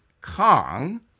Kong